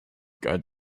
guards